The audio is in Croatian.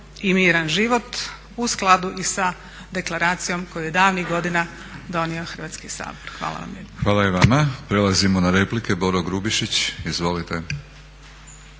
i miran život u skladu i sa deklaracijom koju je davnih godina donio Hrvatski sabor. Hvala vam lijepo. **Batinić, Milorad (HNS)** Hvala i vama. Prelazimo na replike. Boro Grubišić. Izvolite.